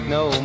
no